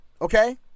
okay